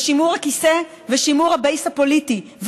ושימור הכיסא ושימור ה-base הפוליטי,